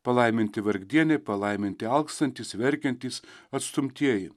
palaiminti vargdienį palaiminti alkstantys verkiantys atstumtieji